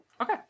Okay